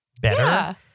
better